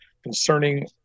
concerning